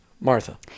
Martha